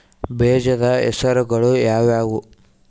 ಬೇಜದ ಹೆಸರುಗಳು ಯಾವ್ಯಾವು?